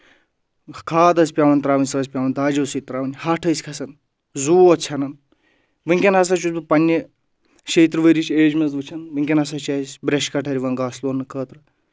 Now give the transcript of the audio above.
کھاد ٲس پؠوَان ترٛاوٕنۍ سۄ ٲس پؠوَان داجو سۭتۍ ترٛاوٕنۍ ہٹھ ٲسۍ کھَسان زوٗ اوس ژھینان وٕنکؠن ہَسا چھُس بہٕ پنٕنہِ شیٚہِ تٕرٛہ ؤرِش ایج منٛز وٕچھان وٕنکؠن ہَسا چھِ اَسہِ برٛؠش کَٹَرۍ یِوان گاسہٕ لوننہٕ خٲطرٕ